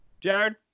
jared